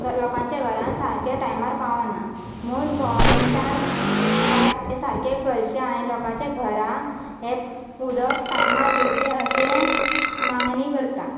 लोकांच्या घरांत सारकें टायमार पावाना म्हण गोवर्मेंटान पायप सारकें करचें आनी लोकांच्या घरांत हें उदक टायमार दिवचें अशी मागणी करता